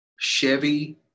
Chevy